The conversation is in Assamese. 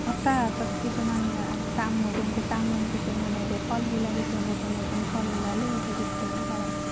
সঁচা তাত কিছুমান নতুনকৈ তামোল কিছুমানে দিয়ে ফলগিলা কিছুমানে নতুন নতুন ফল ওলালে সেই থগীত দিয়ে শৰাইত